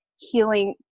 healing